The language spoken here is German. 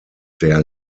der